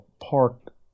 park